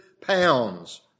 pounds